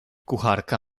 kucharka